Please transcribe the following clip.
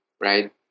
right